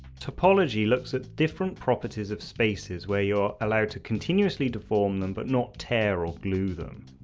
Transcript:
topology looks at different properties of spaces where you are allowed to continuously deform them but not tear or glue them.